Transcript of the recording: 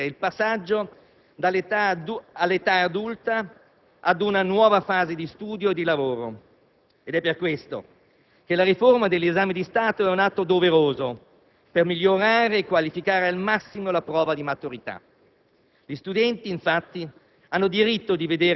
L'esame di Stato segna, per ciascun adolescente, il passaggio all'età adulta, ad una nuova fase di studio e di lavoro. È per questo che la riforma degli esami di Stato è un atto doveroso, per migliorare e qualificare al massimo la prova di maturità.